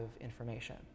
information